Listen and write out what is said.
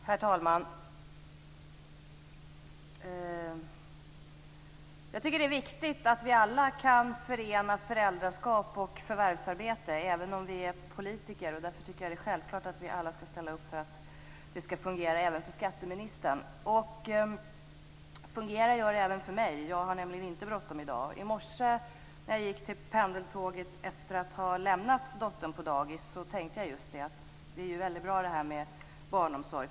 Herr talman! Jag tycker att det är viktigt att vi alla kan förena föräldraskap och förvärvsarbete även om vi är politiker. Därför tycker jag att det är självklart att vi alla skall ställa upp för att det skall fungera även för skatteministern. Det fungerar även för mig. Jag har nämligen inte bråttom i dag. I morse när jag gick till pendeltåget efter att ha lämnat dottern på dagis tänkte jag just att det är väldigt bra med barnomsorg.